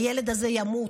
הילד הזה ימות.